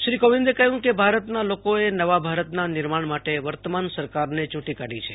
શ્રી કોવિંદે કહ્યું કે ભારતના લોકોએ નવા ભારતના નિર્માણ માટે વર્તમાન સરકારને ચૂંટી કાઢી છે